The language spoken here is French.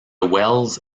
wells